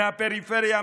מהפריפריה,